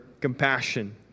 compassion